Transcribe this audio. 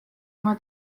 oma